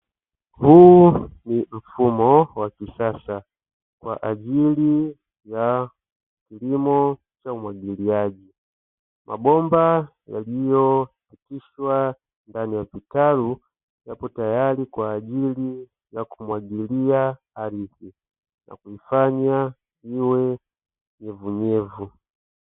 Huu ni mfumo wa kisasa kwa ajili ya kilimo cha umwagiliaji mabomba, yaliyopitishwa ndani ya kitalu yapo tayari kwa ajili ya kumwagilia ardhi na kuifanya iwe na unyevuunyevu.